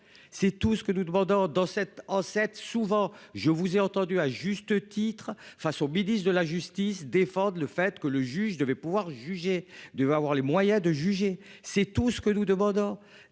C'est tout ce que nous demandons dans sept ans, sept souvent je vous ai entendu, à juste titre face au ministre de la justice défendent le fait que le juge devait pouvoir juger du avoir les moyens de juger c'est tout ce que nous demandons